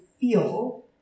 feel